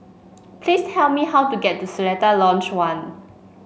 please tell me how to get to Seletar Lodge One